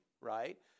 right